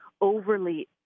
overly